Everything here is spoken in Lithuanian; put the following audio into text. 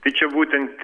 tai čia būtent